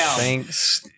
thanks